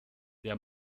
der